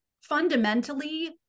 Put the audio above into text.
fundamentally